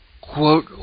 quote